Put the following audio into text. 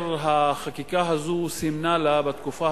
כאשר החקיקה הזאת סימנה לה בתקופה